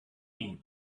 eat